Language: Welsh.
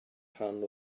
rhan